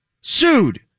Sued